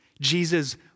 Jesus